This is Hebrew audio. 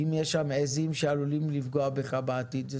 אם יש שם עיזים שעלולים לפגוע בך בעתיד,